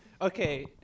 okay